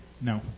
No